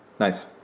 Nice